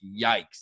Yikes